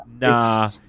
Nah